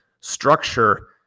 structure